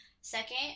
Second